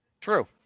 True